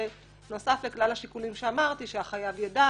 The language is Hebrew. בנוסף לכלל השיקולים שאמרתי שהחייב יידע